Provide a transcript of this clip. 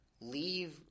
leave